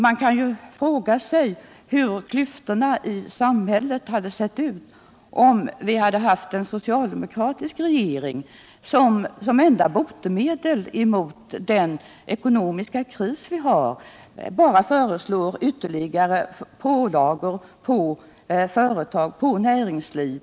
Man kan ju fråga sig hur klyftorna i samhället hade sett ut, om vi hade haft en socialdemokratisk regering, vilken som enda botemedel möt den ekonomiska kris som vi befinner oss i föreslår ytterligare pålagor på företag och näringsliv.